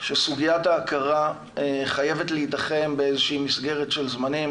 שסוגיית ההכרה חייבת להיתחם באיזה שהיא מסגרת של זמנים,